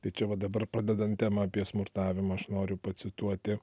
tai čia va dabar pradedant temą apie smurtavimą aš noriu pacituoti